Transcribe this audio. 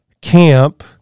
camp